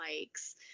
likes